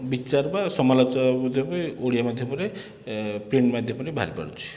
ବିଚାର ବା ସମାଲୋଚ ମଧ୍ୟ ବି ଓଡ଼ିଆ ମାଧ୍ୟମରେ ପ୍ରିଣ୍ଟ ମାଧ୍ୟମରେ ବାହାରି ପାରୁଛି